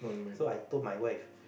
so I told my wife